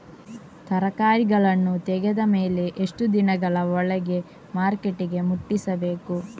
ತರಕಾರಿಗಳನ್ನು ತೆಗೆದ ಮೇಲೆ ಎಷ್ಟು ದಿನಗಳ ಒಳಗೆ ಮಾರ್ಕೆಟಿಗೆ ಮುಟ್ಟಿಸಬೇಕು?